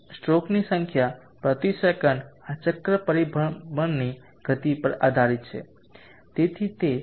સ્ટ્રોકની સંખ્યા પ્રતિ સેકંડ આ ચક્ર પરિભ્રમણની ગતિ પર આધારિત છે